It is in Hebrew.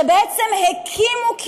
שבעצם הקימו,